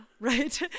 right